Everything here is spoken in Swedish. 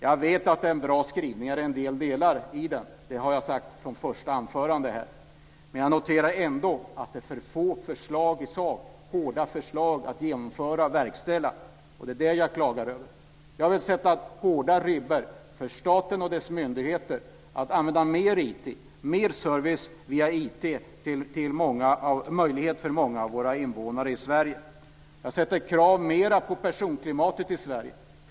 Jag vet att det är bra skrivningar i delar av den. Det har jag sagt från det första anförandet här. Men jag noterar ändå att det är för få konkreta förslag att genomföra och verkställa. Det är det som jag klagar över. Jag vill sätta ribban högt för staten och dess myndigheter när det gäller att man ska använda mer IT, att det ska vara mer service via IT och att det ska gälla för många av våra invånare i Sverige. Jag sätter högre krav när det gäller personklimatet i Sverige.